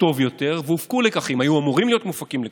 טוב יותר והופקו היו אמורים להיות מופקים לקחים: